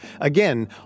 Again